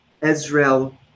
Israel